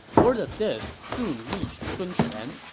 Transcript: word of this soon reached sun quan,